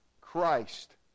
Christ